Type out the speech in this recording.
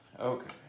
Okay